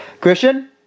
Christian